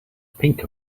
pink